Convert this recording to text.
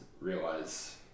realize